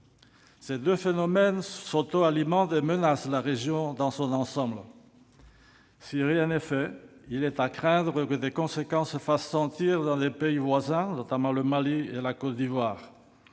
Ces deux phénomènes s'autoalimentent et menacent la région dans son ensemble. Si rien n'est fait, il est à craindre que les effets se fassent sentir dans les pays voisins, notamment au Mali et en Côte d'Ivoire.